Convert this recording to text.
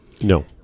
No